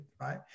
right